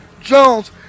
Jones